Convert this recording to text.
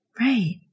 Right